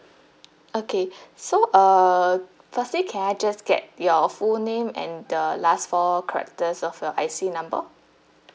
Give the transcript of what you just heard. okay so uh firstly can I just get your full name and the last four characters of your I_C number